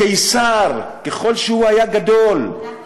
הקיסר, ככל שהיה גדול אנחנו אימפריה?